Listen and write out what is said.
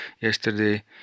yesterday